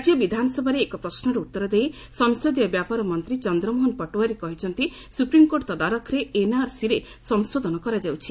ରାଜ୍ୟ ବିଧାନସଭାରେ ଏକ ପ୍ରଶ୍ୱର ଉତ୍ତର ଦେଇ ସଂସଦୀୟ ବ୍ୟାପାର ମନ୍ତ୍ରୀ ଚନ୍ଦ୍ରମୋହନ ପଟୋୱାରୀ କହିଛନ୍ତି ସୁପ୍ରିମ୍କୋର୍ଟ ତଦାରଖରେ ଏନ୍ଆର୍ସିରେ ସଂଶୋଧନ କରାଯାଉଛି